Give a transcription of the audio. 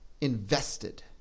invested